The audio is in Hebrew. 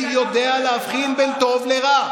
61, הציבור הישראלי יודע להבחין בין טוב לרע.